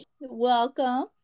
Welcome